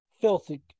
Filthy